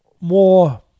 more